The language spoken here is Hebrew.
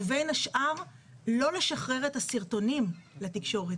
ובין השאר לא לשחרר את הסרטונים לתקשורת.